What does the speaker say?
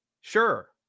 sure